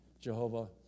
Jehovah